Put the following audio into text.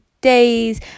days